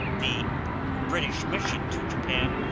the british mission to japan,